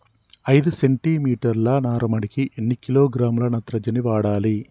ఐదు సెంటి మీటర్ల నారుమడికి ఎన్ని కిలోగ్రాముల నత్రజని వాడాలి?